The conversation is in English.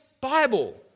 Bible